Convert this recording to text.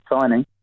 signing